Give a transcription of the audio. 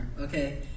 okay